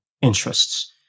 interests